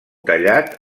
tallat